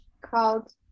called